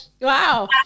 Wow